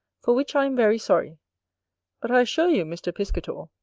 for which i am very sorry but i assure you, mr. piscator,